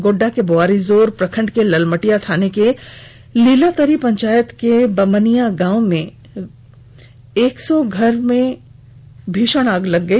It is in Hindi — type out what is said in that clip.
गोड्डा के बोआरीजोर प्रखंड के ललमटिया थाने के लीलातरी पंचायत के बभनिया गांव में करीब एक सौ घर में भीषण आग लग गई